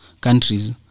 countries